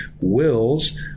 wills